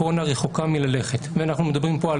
הקורונה רחוקה מללכת כשאנחנו מדברים פה על